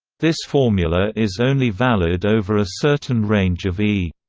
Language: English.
this formula is only valid over a certain range of e.